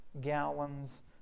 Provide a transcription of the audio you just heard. gallons